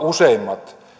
useimmat